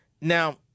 Now